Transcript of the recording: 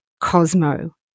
Cosmo